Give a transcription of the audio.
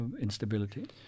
instability